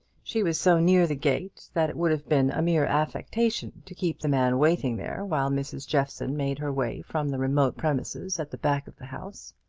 she was so near the gate that it would have been a mere affectation to keep the man waiting there while mrs. jeffson made her way from the remote premises at the back of the house.